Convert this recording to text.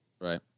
Right